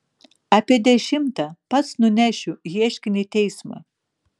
apie dešimtą pats nunešiu ieškinį į teismą